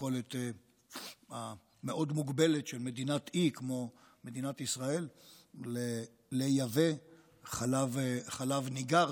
והיכולת המאוד-מוגבלת של מדינת אי כמו מדינת ישראל לייבא חלב ניגר,